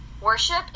Worship